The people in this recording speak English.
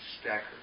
stacker